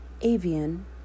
avian